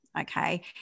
Okay